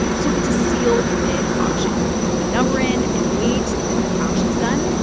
so it's a sealed bid auction. you put a number in and wait. and when the auction's done,